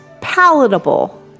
palatable